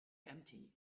empty